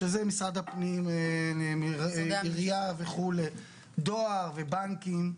שזה משרד הפנים, עירייה, דואר ובנקים,